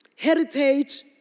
Heritage